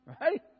right